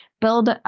build